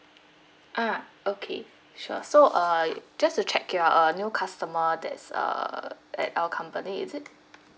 ah okay sure so uh just to check you are a new customer that's uh at our company is it